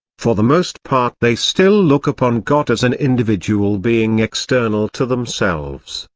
for the most part they still look upon god as an individual being external to themselves,